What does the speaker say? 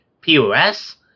POS